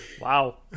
Wow